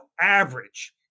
average